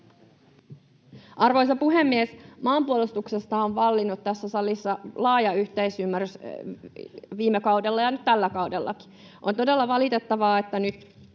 Arvoisa puhemies! Maanpuolustuksesta on vallinnut tässä salissa laaja yhteisymmärrys viime kaudella ja nyt tällä kaudellakin. On todella valitettavaa, että niin